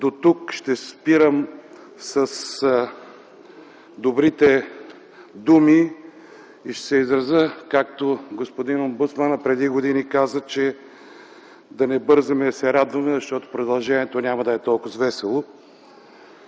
дотук ще спирам с добрите думи и ще се изразя, както господин омбусманът преди години, каза да не бързаме да се радваме, защото продължението няма да е толкова весело.